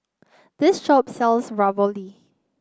this shop sells Ravioli